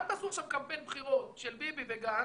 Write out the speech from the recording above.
אל תעשו עכשיו קמפיין בחירות של ביבי וגנץ.